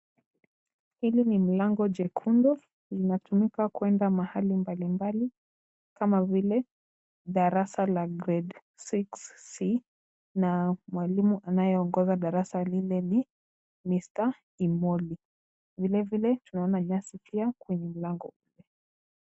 Hili ni mlango jekundu. Linatumika kwenda mahali mbali mbali kama vile darasa la Grade 6c , na mwalimu anayeongoza darasa lile ni Mr. Imoli ,vilevile tunaona nyasi pia kwenye mlango ule.